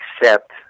accept